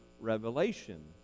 revelation